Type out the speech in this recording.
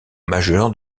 majeures